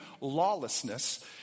lawlessness